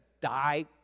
die